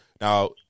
now